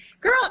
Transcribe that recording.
girl